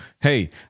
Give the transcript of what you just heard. hey